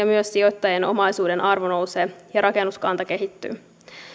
myös sijoittajien omaisuuden arvo nousee ja rakennuskanta kehittyy